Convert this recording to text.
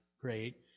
great